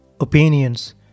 opinions